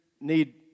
need